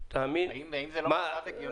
האם זה לא נשמע הגיוני?